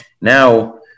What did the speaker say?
Now